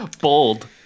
Bold